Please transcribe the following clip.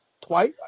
twice